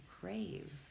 crave